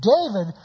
David